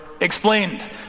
explained